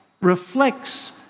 reflects